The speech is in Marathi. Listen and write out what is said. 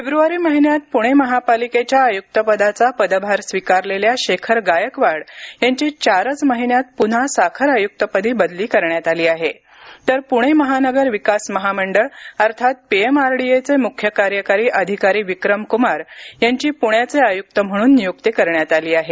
फेब्रुवारी महिन्यात प्णे महापालिकेच्या आय्क्तपदाचा पदभार स्वीकारलेल्या शेखर गायकवाड यांची चारच महिन्यात पुन्हा साखर आयुक्तपदी बदली करण्यात आली आहे तर पुणे महानगर विकास महामंडळ अर्थात P M R D A चे मुख्य कार्यकारी अधिकारी विक्रम कुमार यांची प्ण्याचे आयुक्त म्हणून नियुक्ती करण्यात आली आहे